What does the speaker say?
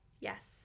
Yes